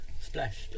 Splash